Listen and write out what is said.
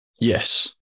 Yes